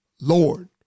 Lord